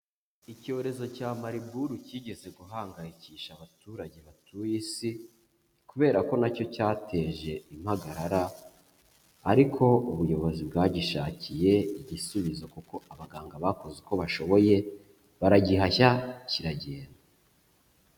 Icyorezo cya maribulu cyigeze guhangayikisha abaturage batuye isi kubera ko na cyo cyateje impagarara ariko ubuyobozi bwagishakiye igisubizo kuko abaganga bakoze uko bashoboye baragihashya kiragenda.